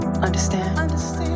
understand